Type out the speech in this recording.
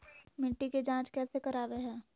मिट्टी के जांच कैसे करावय है?